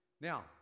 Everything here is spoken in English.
Now